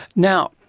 now,